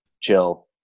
chill